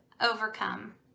overcome